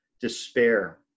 despair